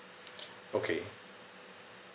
okay